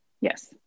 Yes